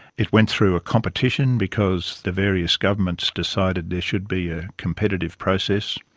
it went through a competition because the various governments decided there should be a competitive process.